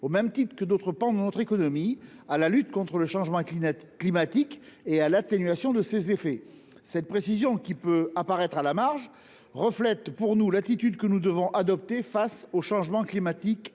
au même titre que d’autres pans de notre économie, à la lutte contre le changement climatique et à l’atténuation de ses effets. Selon nous, cette précision, qui peut apparaître à la marge, reflète l’attitude que nous devons adopter face au changement climatique